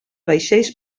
vaixells